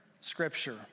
scripture